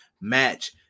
match